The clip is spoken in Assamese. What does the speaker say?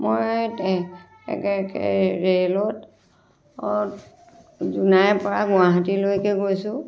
মই ৰে'লত জোনাইৰ পৰা গুৱাহাটীলৈকে গৈছোঁ